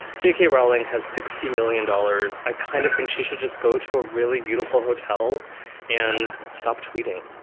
j k. rowling has sixty million dollars. i kind of think she should just go to a really beautiful hotel and stop tweeting,